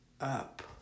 up